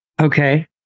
Okay